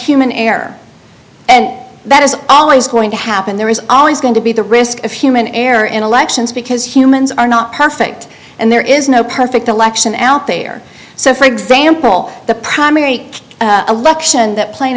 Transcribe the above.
human error and that is always going to happen there is always going to be the risk of human error in elections because humans are not perfect and there is no perfect election out there so for example the primary election that pla